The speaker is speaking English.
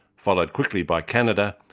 followed quickly by canada,